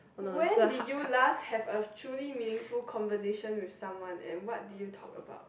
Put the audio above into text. when did you last have a truly meaningful conversation with someone and what did you talk about